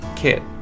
Kit